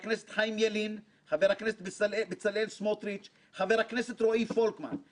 חבר הכנסת השר יצחק וקנין וחבר הכנסת יואב קיש.